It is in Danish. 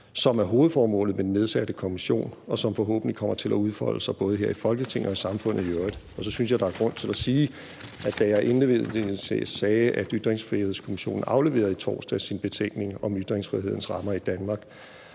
som er hovedformålet med den nedsatte kommissions arbejde, og som forhåbentlig kommer til at udfolde sig både her i Folketinget og i samfundet i øvrigt. Så synes jeg, der er grund til at sige, at da jeg indledningsvis sagde, at Ytringsfrihedskommissionen i torsdags afleverede sin betænkning om ytringsfrihedens rammer og vilkår